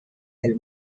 del